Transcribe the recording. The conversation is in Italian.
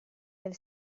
del